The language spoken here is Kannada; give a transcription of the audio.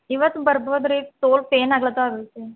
ಇವತ್ತು ಬರ್ಬೋದು ರೀ ತೋಳು ಪೇಯ್ನ್ ಆಗ್ಲತ್ತರ